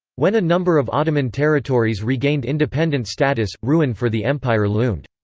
when a number of ottoman territories regained independent status, ruin for the empire loomed.